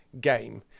game